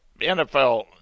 NFL